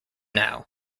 now